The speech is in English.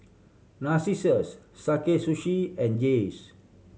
Narcissus Sakae Sushi and Jays